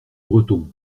bretons